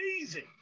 amazing